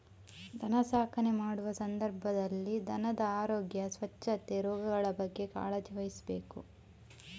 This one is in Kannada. ದನ ಸಾಕಣೆ ಮಾಡುವ ಸಂದರ್ಭದಲ್ಲಿ ದನದ ಆರೋಗ್ಯ, ಸ್ವಚ್ಛತೆ, ರೋಗಗಳ ಬಗ್ಗೆ ಕಾಳಜಿ ವಹಿಸ್ಬೇಕು